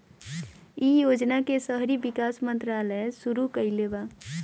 इ योजना के शहरी विकास मंत्रालय शुरू कईले बा